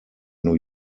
new